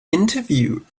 interview